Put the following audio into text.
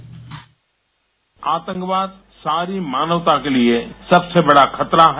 bite आतंकवाद सारी मानवता के लिए सबसे बड़ा खतरा है